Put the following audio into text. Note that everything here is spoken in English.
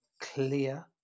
clear